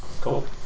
Cool